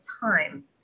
time